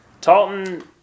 Talton